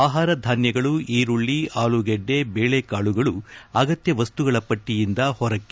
ಆಹಾರ ಧಾನ್ಭಗಳು ಈರುಳ್ಳಿ ಆಲೂಗಡ್ಡ ಬೇಳೆಕಾಳುಗಳು ಆಗತ್ಯ ವಸ್ತುಗಳ ಪಟ್ಟಿಯಿಂದ ಹೊರಕ್ಕೆ